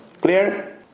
Clear